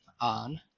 on